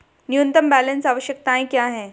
न्यूनतम बैलेंस आवश्यकताएं क्या हैं?